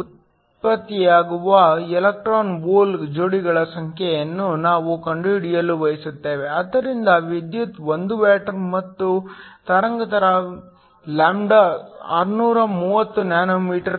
ಉತ್ಪತ್ತಿಯಾಗುವ electron hole ಜೋಡಿಗಳ ಸಂಖ್ಯೆಯನ್ನು ನಾವು ಕಂಡುಹಿಡಿಯಲು ಬಯಸುತ್ತೇವೆ ಆದ್ದರಿಂದ ವಿದ್ಯುತ್ 1 ವ್ಯಾಟ್ ಮತ್ತು ತರಂಗಾಂತರ λ 630nm